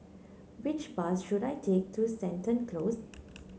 which bus should I take to Seton Close